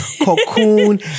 cocoon